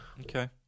Okay